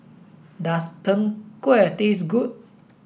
does png kueh taste good